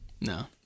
No